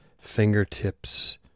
fingertips